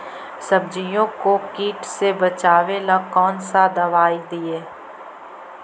सब्जियों को किट से बचाबेला कौन सा दबाई दीए?